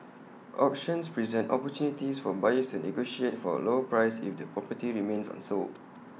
auctions present opportunities for buyers to negotiate for A lower price if the property remains unsold